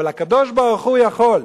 אבל הקדוש-ברוך-הוא יכול.